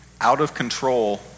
out-of-control